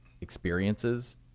experiences